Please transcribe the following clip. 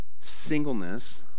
Singleness